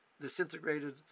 disintegrated